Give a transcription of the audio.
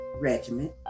Regiment